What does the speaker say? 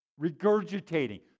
regurgitating